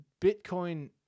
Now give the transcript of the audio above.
Bitcoin